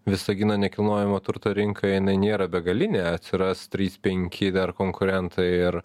visagino nekilnojamo turto rinka jinai nėra begalinė atsiras trys penki dar konkurentai ir